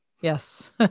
Yes